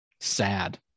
sad